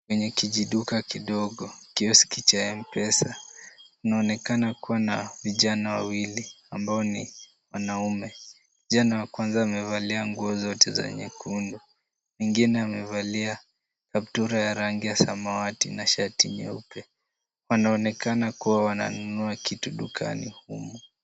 Kwenye kijiduka kidogo kiosk cha M-Pesa, inaonekana kuwa na vijana wawili ambao ni wanaume. Kijana wa kwanza amevalia nguo zote za nyekundu, mwingine amevalia kaptura ya rangi ya samawati na shati nyeupe. Wanaonekana kuwa wanunua kitu dukani humu.